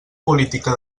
política